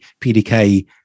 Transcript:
pdk